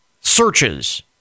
searches